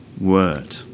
Word